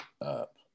up